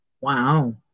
Wow